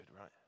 right